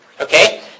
Okay